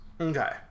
okay